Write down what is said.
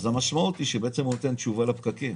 המשמעות היא שהוא נותן תשובה לפקקים